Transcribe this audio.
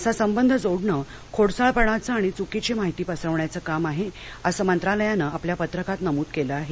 असा संबंध जोडणं खोडसाळपणाचं आणि चुकीची माहिती पसरवण्याचं काम आहे असं मंत्रालयानं आपल्या पत्रकात नमूद केलं आहे